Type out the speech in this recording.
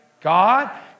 God